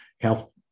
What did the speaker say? Health